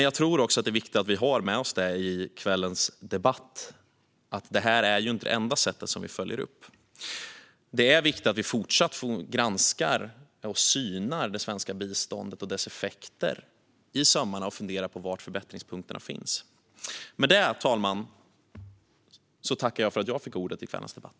Jag tror att det är viktigt att vi också i kvällens debatt har med oss att detta inte är det enda sättet vi följer upp det här på. Det är viktigt att vi fortsätter att granska och syna det svenska biståndet och dess effekter i sömmarna och funderar på var förbättringspunkterna finns. Fru talman! Jag tackar för ordet i kvällens debatt.